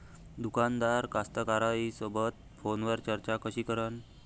दुकानदार कास्तकाराइसोबत फोनवर चर्चा कशी करन?